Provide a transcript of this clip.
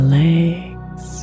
legs